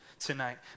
tonight